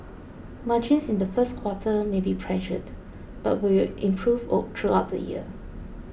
margins in the first quarter may be pressured but will improve all throughout the year